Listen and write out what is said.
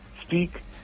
speak